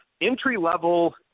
entry-level